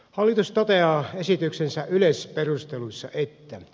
hallitus toteaa esityksensä yleisperusteluissa